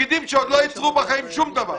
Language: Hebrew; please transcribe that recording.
פקידים שעוד לא ייצרו בחיים שום דבר.